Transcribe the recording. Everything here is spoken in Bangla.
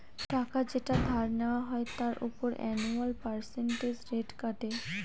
টাকা যেটা ধার নেওয়া হয় তার উপর অ্যানুয়াল পার্সেন্টেজ রেট কাটে